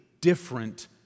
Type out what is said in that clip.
different